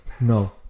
No